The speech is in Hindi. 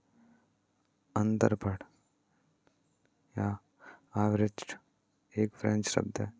अंतरपणन या आर्बिट्राज एक फ्रेंच शब्द है